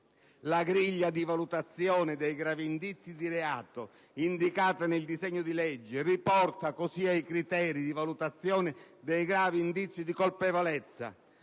La griglia di valutazione dei «gravi indizi di reato», indicata nel disegno di legge riporta così ai criteri di valutazione dei gravi indizi di colpevolezza.